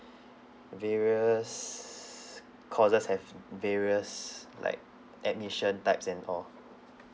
various courses have va~ va~ various like admission types and all